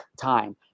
time